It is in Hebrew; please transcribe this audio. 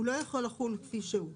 הוא לא יכול לחול כפי שהוא.